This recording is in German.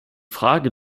frage